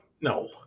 No